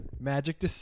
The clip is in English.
Magic